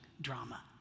drama